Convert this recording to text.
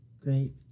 great